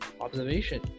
observation